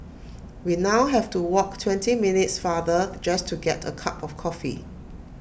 we now have to walk twenty minutes farther just to get A cup of coffee